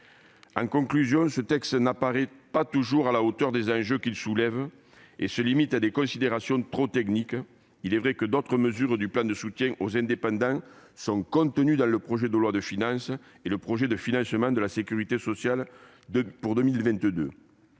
En conclusion, si ce texte n'apparaît pas toujours à la hauteur des enjeux qu'il soulève, se limitant à des considérations trop techniques- il est vrai que d'autres mesures du plan de soutien aux indépendants sont contenues dans le projet de loi de finances et le projet de loi de financement de la sécurité sociale pour 2022